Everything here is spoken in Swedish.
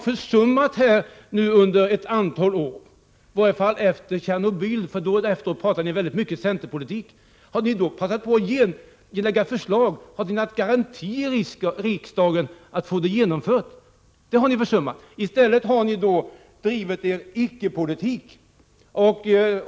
Efter Tjernobyl talade ni väldigt mycket centerpolitik. Hade ni då passat på att lägga fram förslag, hade ni haft garantier i riksdagen att få dem genomförda, men det har ni försummat. I stället har ni drivit en icke-politik.